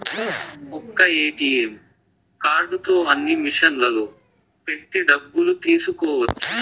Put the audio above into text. ఒక్క ఏటీఎం కార్డుతో అన్ని మిషన్లలో పెట్టి డబ్బులు తీసుకోవచ్చు